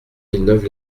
villeneuve